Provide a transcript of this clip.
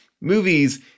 movies